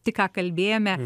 tik ką kalbėjome